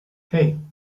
hey